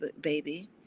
baby